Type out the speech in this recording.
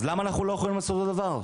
אז למה אנחנו לא יכולים לעשות את אותו דבר?